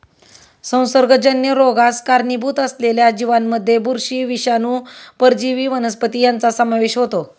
संसर्गजन्य रोगास कारणीभूत असलेल्या जीवांमध्ये बुरशी, विषाणू, परजीवी वनस्पती यांचा समावेश होतो